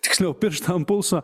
tiksliau pirštą ant pulso